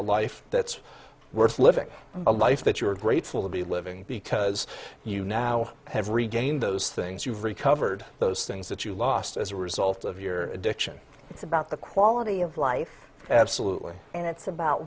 life that's worth living a life that you're grateful to be living because you now have regained those things you've recovered those things that you lost as a result of your addiction it's about the quality of life absolutely and it's about